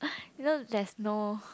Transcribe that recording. you know there's no